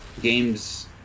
games